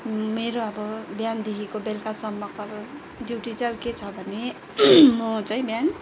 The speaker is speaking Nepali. मेरो अब बिहानदेखिको बेलुकासम्मको अब ड्युटी चाहिँ अब के छ भने म चाहिँ बिहान